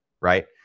right